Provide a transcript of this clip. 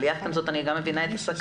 אבל יחד עם זאת אני גם מבינה את הסכנה